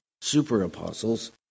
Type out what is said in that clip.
super-apostles